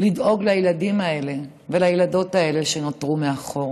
לדאוג לילדים האלה ולילדות האלה שנותרו מאחור.